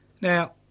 Now